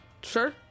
sure